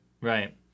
right